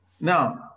now